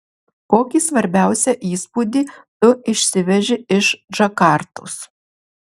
kokį svarbiausią įspūdį tu išsiveži iš džakartos